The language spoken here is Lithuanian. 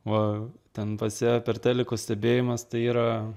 va ten tose per telikų stebėjimas tai yra